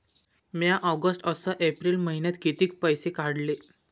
म्या ऑगस्ट अस एप्रिल मइन्यात कितीक पैसे काढले?